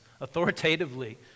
authoritatively